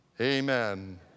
Amen